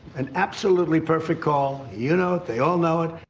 an absolutely perfect call. you know it. they all know it.